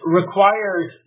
requires